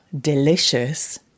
Delicious